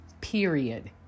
Period